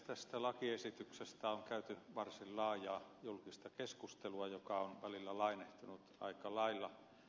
tästä lakiesityksestä on käyty varsin laajaa julkista keskustelua joka on välillä lainehtinut aika lailla